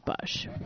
Bush